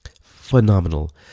phenomenal